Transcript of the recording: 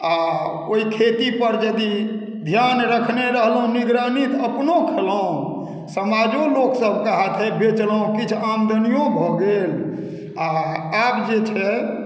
आ ओहि खेती पर यदि ध्यान रखने रहलहुँ निगरानी अपनो खेलहुँ समाजो लोक सभकेँ हाथे बेचलहुँ किछु आमदनियओ भऽ गेल आ आब जे छै